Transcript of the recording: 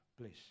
please